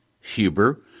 Huber